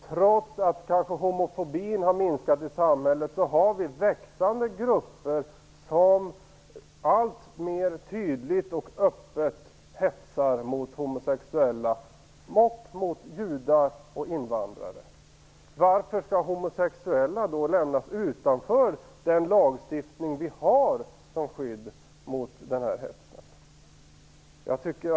Trots att homofobin i samhället kanske har minskat, finns det växande grupper som alltmer tydligt och öppet hetsar mot homosexuella, mot judar och invandrare. Varför skall då homosexuella lämnas utanför den lagstiftning som finns till skydd mot denna hets?